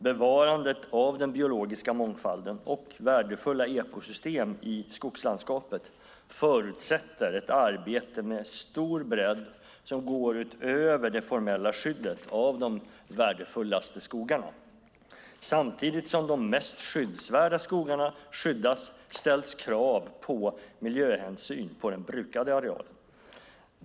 Bevarandet av den biologiska mångfalden och värdefulla ekosystem i skogslandskapet förutsätter ett arbete med stor bredd som går utöver det formella skyddet av de värdefullaste skogarna. Samtidigt som de mest skyddsvärda skogarna skyddas ställs krav på miljöhänsyn på de brukade arealerna.